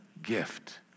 gift